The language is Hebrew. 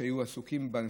שהיו עסוקים בניסוח.